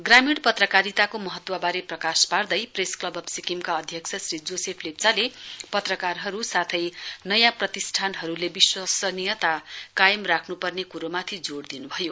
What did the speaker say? ग्रामीण पत्रकारिताको महत्वबारे प्रकाश पार्दै प्रेस क्लब अ सिक्किमका अध्यक्ष श्री जोसेफ लेप्चाले पत्रकारहरू साथै नयाँ प्रतिष्ठानहरूले विश्वसनीयता कायम राख्नु पर्ने कुरामाथि जोड दिनु भयो